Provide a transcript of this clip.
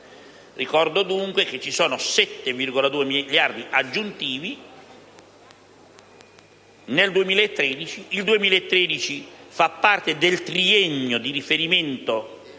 Ricordo che ci sono 7,2 miliardi aggiuntivi nel 2013. Il 2013 fa parte del triennio di riferimento